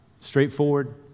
Straightforward